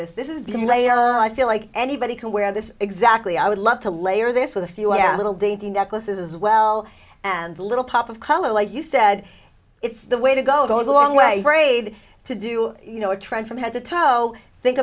this this is because i feel like anybody can wear this exactly i would love to layer this with a few our little dainty necklaces as well and a little pop of color like you said it's the way to go goes a long way raid to do you know a trend from head to toe think